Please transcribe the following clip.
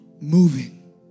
moving